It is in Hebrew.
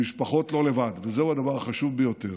המשפחות לא לבד, וזהו הדבר החשוב ביותר,